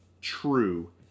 true